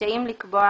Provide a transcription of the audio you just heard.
רשאי לקבוע